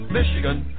Michigan